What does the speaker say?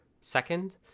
second